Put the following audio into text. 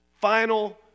final